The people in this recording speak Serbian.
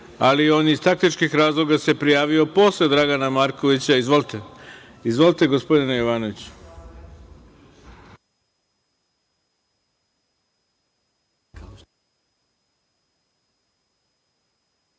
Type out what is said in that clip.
ali on iz taktičkih razloga se prijavio posle Dragana Markovića. Izvolite, gospodine Jovanović.